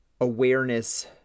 awareness